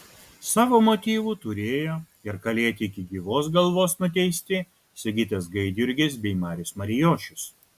savo motyvų turėjo ir kalėti iki gyvos galvos nuteisti sigitas gaidjurgis bei marius marijošius